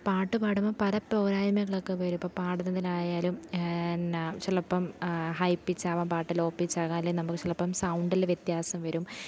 പാട്ട് പാടുമ്പം പര പോരായ്മകളൊക്കെ വരും ഇപ്പം പാടുന്നതിനായാലും ന്ന ചിലപ്പം ഹൈ പിച്ച് ആകാം പാട്ട് ലോ പിച്ച് ആകാം അല്ലെ നമുക്ക് ചിലപ്പം സൗണ്ടിൽ വ്യത്യാസം വരും